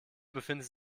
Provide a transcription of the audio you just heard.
befindet